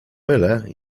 mylę